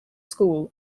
school